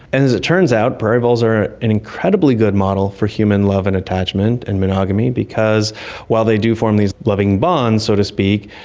and as it turns out, prairie voles are an incredibly good model for human love and attachment and monogamy because while they do form these loving bonds, so to speak,